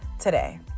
today